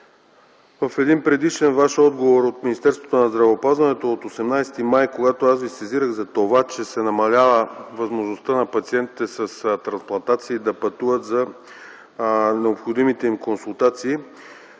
В един предишен Ваш отговор от Министерството на здравеопазването от 18 май, когато аз Ви сезирах за това, че се намалява възможността на пациентите с трансплантации да пътуват за необходимите им консултации,